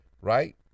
right